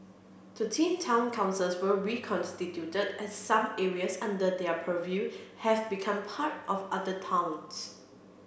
thirteen town councils were reconstituted as some areas under their purview have become part of other towns